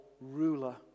ruler